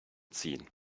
ziehen